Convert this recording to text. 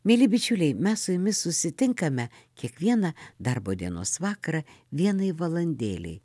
mieli bičiuliai mes su jumis susitinkame kiekvieną darbo dienos vakarą vienai valandėlei